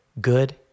good